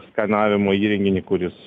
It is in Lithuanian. skanavimo įrenginį kuris